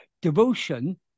devotion